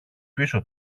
πίσω